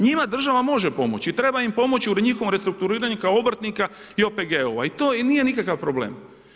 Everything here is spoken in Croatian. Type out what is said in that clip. Njima država može pomoći i treba im pomoći u njihovom restrukturiranju kao obrtnika i OPG-ova i to nije nikakav problem.